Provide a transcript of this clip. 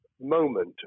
moment